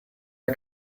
der